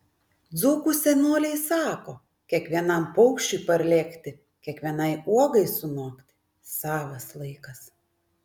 dzūkų senoliai sako kiekvienam paukščiui parlėkti kiekvienai uogai sunokti savas laikas